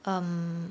um